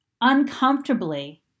uncomfortably